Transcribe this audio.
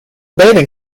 bathing